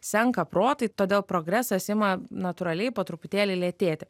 senka protai todėl progresas ima natūraliai po truputėlį lėtėti